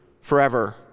forever